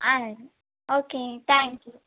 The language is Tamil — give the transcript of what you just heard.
ah okay thank you